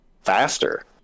faster